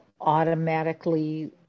automatically